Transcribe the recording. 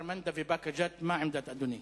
לגבי כפר-מנדא ובאקה-ג'ת, מה עמדת אדוני?